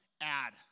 Add